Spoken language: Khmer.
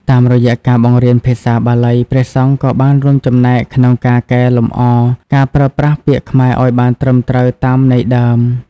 តាមរយៈការបង្រៀនភាសាបាលី ព្រះសង្ឃក៏បានរួមចំណែកក្នុងការកែលម្អការប្រើប្រាស់ពាក្យខ្មែរឱ្យបានត្រឹមត្រូវតាមន័យដើម។